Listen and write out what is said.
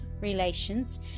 relations